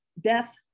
death